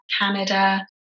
Canada